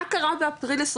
מה קרה באפריל 21?